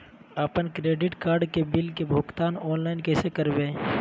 अपन credit card के bill के भुगतान ऑनलाइन कैसे करबैय?